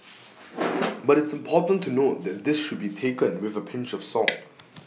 but it's important to note that this should be taken with A pinch of salt